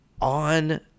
on